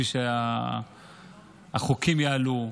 בשביל שהחוקים יעלו,